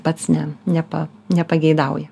pats ne nepa nepageidauja